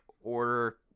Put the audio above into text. order